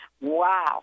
wow